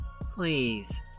Please